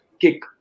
kick